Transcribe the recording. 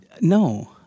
No